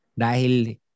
Dahil